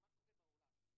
אבל אתה לא בודק את כל החברה.